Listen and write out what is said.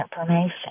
information